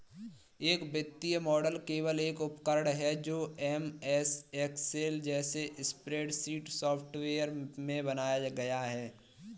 एक वित्तीय मॉडल केवल एक उपकरण है जो एमएस एक्सेल जैसे स्प्रेडशीट सॉफ़्टवेयर में बनाया गया है